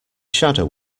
shadow